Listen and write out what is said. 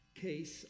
case